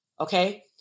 Okay